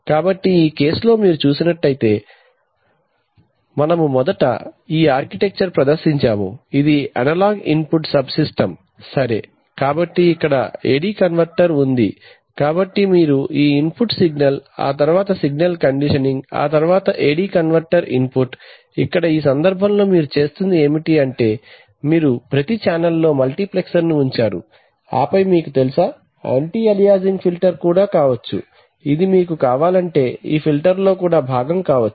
కాబట్టి ఈ కేస్ లో మీరు చూసినట్టైతే కాబట్టి మేము మొదట ఈ ఆర్కిటెక్చర్ ప్రదర్శించాము ఇది అనలాగ్ ఇన్పుట్ సబ్ సిస్టమ్ సరే కాబట్టి ఇక్కడ AD కన్వర్టర్ ఉంది కాబట్టి మీరు ఈ ఇన్పుట్ సిగ్నల్స్ ఆ తరువాత సిగ్నల్ కండిషనింగ్ ఆ తరువాత AD కన్వర్టర్ ఇన్పుట్ ఇక్కడ ఈ సందర్భంలో మీరు చేస్తున్నది ఏమిటంటే మీరు ప్రతి ఛానెల్లో మల్టీప్లెక్సర్ను ఉంచారు ఆపై మీకు తెలుసా యాంటీ అలియాసింగ్ ఫిల్టర్ కూడా కావచ్చు ఇది మీకు కావాలంటే ఈ ఫిల్టర్లో కూడా భాగం కావచ్చు